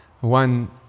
one